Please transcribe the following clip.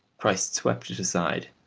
christ swept it aside.